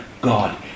God